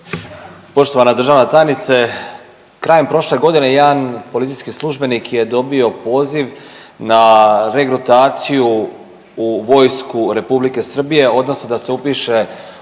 Poštovana državna tajnice, krajem prošle godine jedan policijski službenik je dobio poziv na regrutaciju u vojsku Republike Srbije odnosno da se upiše u